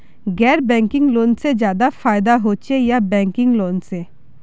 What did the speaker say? गैर banking loan से ज्यादा फायदा होचे या बैंकिंग लोन से?